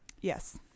Yes